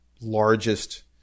largest